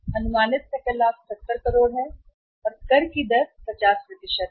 अनुमानित सकल लाभ 70 करोड़ है और कर की दर है कर की दर 50 है